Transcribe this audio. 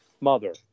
Mother